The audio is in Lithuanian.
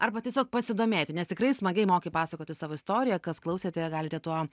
arba tiesiog pasidomėti nes tikrai smagiai moki pasakoti savo istoriją kas klausėte galite tuo